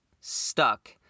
stuck